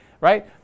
right